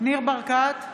ניר ברקת,